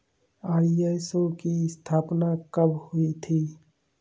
ISO की स्थापना कब हुई थी?